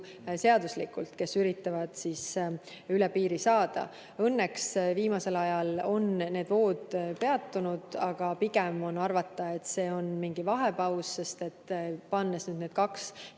seaduslikult, kes üritavad üle piiri saada. Õnneks on viimasel ajal need vood peatunud, aga pigem on arvata, et see on mingi vahepaus, sest – pannes kaks